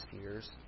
years